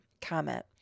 comment